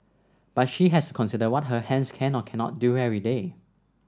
but she has consider what her hands can or cannot do every day